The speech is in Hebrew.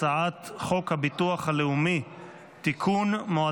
אני קובע כי הצעת החוק לתיקון פקודת מיסי העירייה